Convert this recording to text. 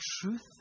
truth